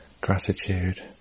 Gratitude